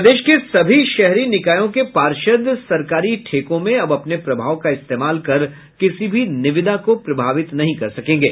प्रदेश के सभी शहरी निकायों के पार्षद सरकारी ठेकों में अब अपने प्रभाव का इस्तेमाल कर किसी भी निविदा को प्रभावित नहीं कर सकेंगे